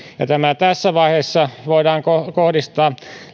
tämä tässä vaiheessa voidaan kohdistaa